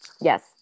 yes